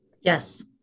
Yes